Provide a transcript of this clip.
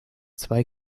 zwei